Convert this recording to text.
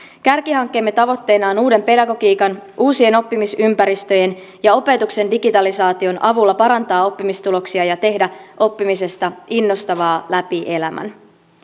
kärkihankkeemme tavoitteena on uuden pedagogiikan uusien oppimisympäristöjen ja opetuksen digitalisaation avulla parantaa oppimistuloksia ja tehdä oppimisesta innostavaa läpi elämän